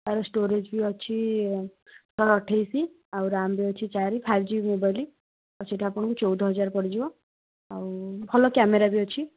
ତା'ର ଷ୍ଟୋରେଜ୍ ବି ଅଛି ଶହେଅଠେଇଶି ଆଉ ରାମ୍ ବି ଅଛି ଚାରି ଫାଇଭ ଜି ମୋବାଇଲ୍ ତ ସେଇଟା ଆପଣଙ୍କୁ ଚଉଦହଜାର ପଡ଼ିଯିବ ଆଉ ଭଲ କ୍ୟାମେରା ବି ଅଛି